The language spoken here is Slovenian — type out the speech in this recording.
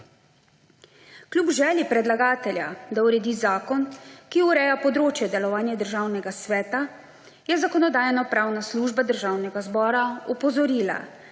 Kljub želji predlagatelja, da uredi zakon, ki ureja področje delovanja Državnega sveta, je Zakonodajno-pravna služba Državnega zbora opozorila,